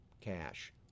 cash